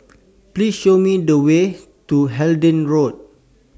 Please Show Me The Way to Hindhede Road